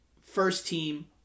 first-team